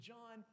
John